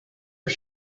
are